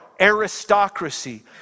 aristocracy